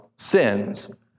sins